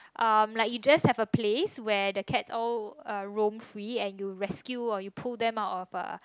um like you just have a place where the cats all uh room free and you rescue or you pull them out of uh